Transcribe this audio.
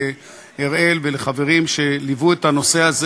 לאראל ולחברים שליוו את הנושא הזה